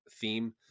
theme